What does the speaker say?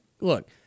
look